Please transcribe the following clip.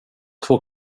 två